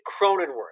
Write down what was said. Cronenworth